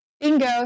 Bingo